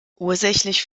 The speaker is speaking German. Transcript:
ursächlich